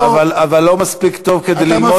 אבל לא מספיק טוב כדי ללמוד,